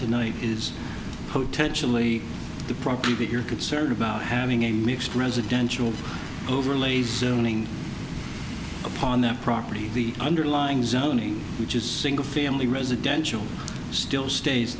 tonight is potentially the property but you're concerned about having a mixed residential overlays soon and upon their property the underlying zoning which is single family residential still stays